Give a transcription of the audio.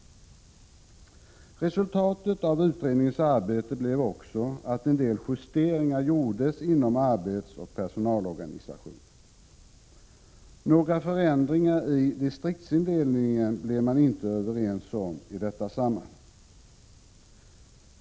Resultatet av utredningens arbete blev också att en del justeringar gjordes inom arbetsoch personalorganisationen. Några förändringar i distriktsindelningen blev man inte överens om i detta sammanhang.